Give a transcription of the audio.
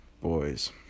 Boys